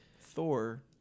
Thor